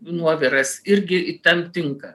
nuoviras irgi tam tinka